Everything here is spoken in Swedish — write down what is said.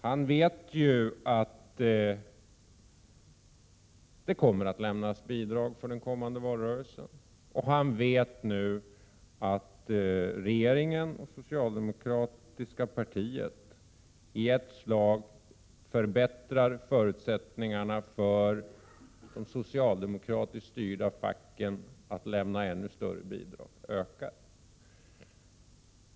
Han vet ju att det kommer att lämnas bidrag för den kommande valrörelsen, och han vet nu att regeringen och socialdemokratiska partiet i ett slag förbättrar förutsättningarna för de socialdemokratiskt styrda facken att lämna ännu större bidrag.